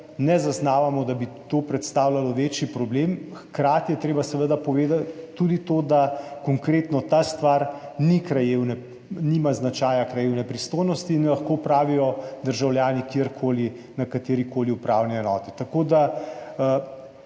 ne zaznavamo, da bi to predstavljalo večji problem. Hkrati je treba seveda povedati tudi to, da konkretno ta stvar nima značaja krajevne pristojnosti in jo lahko opravijo državljani kjer koli na kateri koli upravni enoti.